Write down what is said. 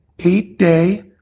eight-day